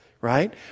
right